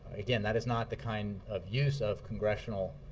again, that is not the kind of use of congressional